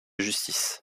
justice